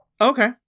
Okay